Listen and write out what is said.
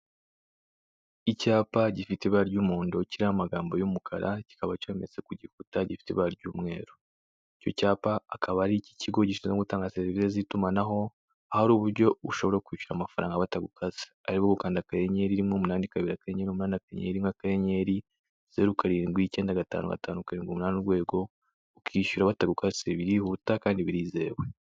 Icyapa gifite ibara ry'umuhondo kiriho amagambo y'umukara, kikaba cyometse ku gikuta gifite ibara ry'umweru, icyo cyapa akaba ari ik'ikigo gishinzwe gutanga serivisi z'itumanaho, aho ari uburyo ushobora kwishyura amafaranga batagukase, ari bwo gukanda akanyenyeri, rimwe umunani kabiri, akanyenyeri umunani, akanyenyeri rimwe, akanyenyeri, zeru karindwi icyenda gatanu gatanu karindwi umunani urwego, ukishyura batagukase, birihuta kandi birizewe.